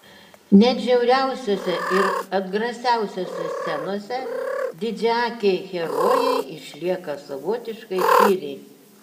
net žiauriausiose ir atgrasiausiose scenose didžiaakiai herojai išlieka savotiškai tyri